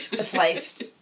sliced